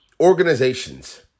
organizations